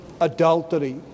adultery